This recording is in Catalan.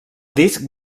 disc